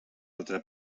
altre